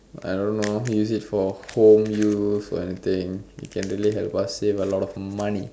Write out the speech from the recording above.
I don't know use it for home use or anything it can really help us save a lot of money